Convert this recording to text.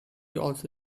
also